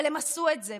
אבל הם עשו את זה,